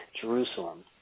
Jerusalem